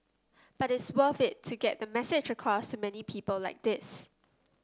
but it's worth to get the message across to many people like this